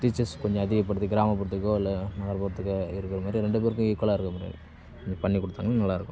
teachers கொஞ்சம் அதிகப்படுத்தி கிராமப்புறத்துக்கோ இல்லை நகர்புறத்துக்கோ இருக்கிற மாரி ரெண்டு பேருக்கும் ஈக்குவலா இருக்கிற மாரி கொஞ்சம் பண்ணிக் கொடுத்தாங்கன்னா நல்லாயிருக்கும்